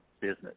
business